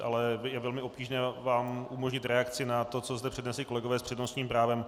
Ale je velmi obtížné vám umožnit reakci na to, co zde přednesli kolegové s přednostním právem.